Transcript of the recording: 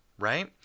right